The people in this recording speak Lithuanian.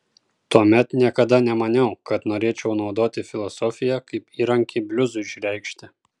tuomet niekada nemaniau kad norėčiau naudoti filosofiją kaip įrankį bliuzui išreikšti